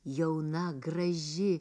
jauna graži